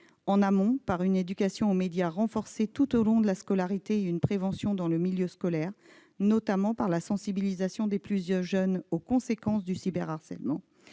En amont, par une éducation aux médias renforcée tout au long de la scolarité et une prévention dans le milieu scolaire, notamment par la sensibilisation des plus jeunes aux conséquences du cyberharcèlement